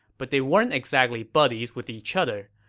but they weren't exactly buddies with each other.